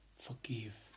forgive